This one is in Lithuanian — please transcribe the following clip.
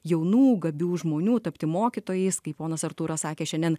jaunų gabių žmonių tapti mokytojais kaip ponas artūras sakė šiandien